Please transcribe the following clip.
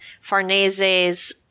Farnese's